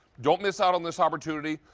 don't miss out on this opportunity.